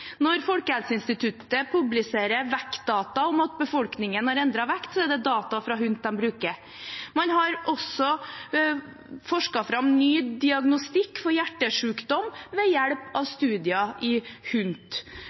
Når Folkehelseinstituttet publiserer vektdata om at befolkningen har endret vekt, er det data fra HUNT de bruker. Man har også forsket fram ny diagnostikk for hjertesykdom ved hjelp av studier i